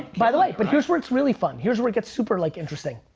by the way, but here's where it's really fun. here's where it gets super like interesting.